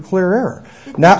clearer now